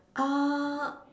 uh